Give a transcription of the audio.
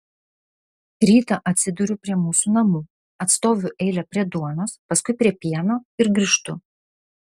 rytą atsiduriu prie mūsų namų atstoviu eilę prie duonos paskui prie pieno ir grįžtu